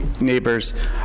neighbors